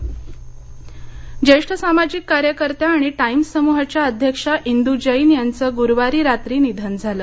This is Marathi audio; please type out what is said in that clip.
निधन वृत्त ज्येष्ठ सामाजिक कार्यकर्त्या आणि टाइम्स समूहाच्या अध्यक्षा इंदू जैन यांचं ग्रूवारी रात्री निधन झालं